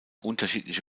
unterschiedliche